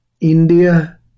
India